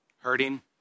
hurting